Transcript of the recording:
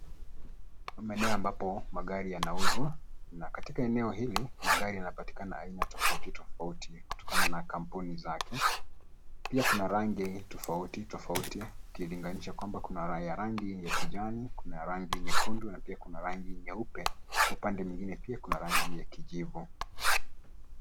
Maeneo ambapo magari yanauzwa. Na katika eneo hili, magari yanapatikana aina tofauti tofauti kutokana na kampuni zake. Pia kuna rangi tofauti tofauti ukilinganisha kwamba kuna ya rangi ya kijani, kuna rangi nyekundu, na kuna rangi nyeupe. Upande mwingine pia kuna rangi ya kijivu.